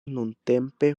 nuntempe